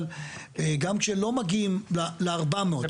אבל גם כשלא מגיעים ל-400,